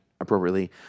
appropriately